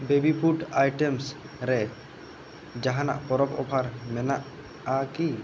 baby food items ᱨᱮ ᱡᱟᱦᱟᱱᱟᱜ ᱯᱚᱨᱚᱵ ᱚᱯᱷᱟᱨ ᱢᱮᱱᱟᱜᱼᱟ ᱠᱤ